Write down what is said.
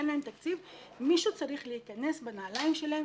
אין להן תקציב - מישהו צריך להיכנס בנעליים שלהן